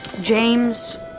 James